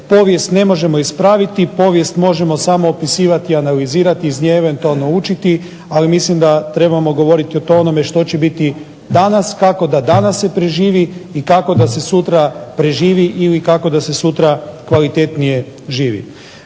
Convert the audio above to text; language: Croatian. Povijest ne možemo ispraviti, povijest možemo samo opisivati i analizirati, iz nje eventualno učiti. Ali, mislim da trebamo govoriti o onome što će biti danas, kako da danas se preživi i kako da se sutra preživi ili kako da se sutra kvalitetnije živi.